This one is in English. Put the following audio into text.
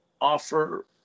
offer